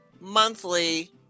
monthly